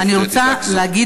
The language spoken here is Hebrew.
של השר?